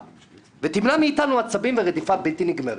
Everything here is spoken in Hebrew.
ותמנע מאיתנו עצבים ורדיפה בלתי נגמרת?